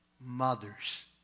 mothers